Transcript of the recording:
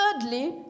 Thirdly